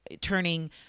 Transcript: turning